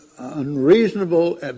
Unreasonable